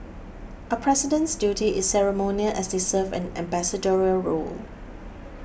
a president's duty is ceremonial as they serve an ambassadorial role